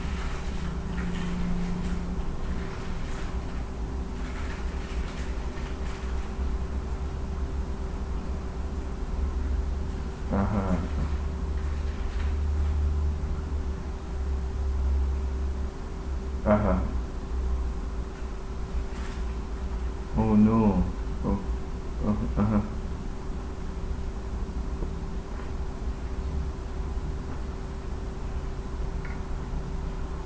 (uh huh) (uh huh) oh no oh oh (uh huh)